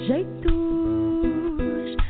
Jeitos